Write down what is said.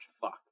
Fuck